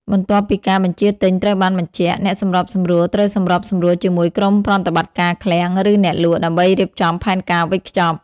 បន្ទាប់ពីការបញ្ជាទិញត្រូវបានបញ្ជាក់ អ្នកសម្របសម្រួលត្រូវសម្របសម្រួលជាមួយក្រុមប្រតិបត្តិការឃ្លាំង ឬអ្នកលក់ ដើម្បីរៀបចំផែនការវេចខ្ចប់។